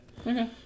Okay